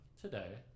today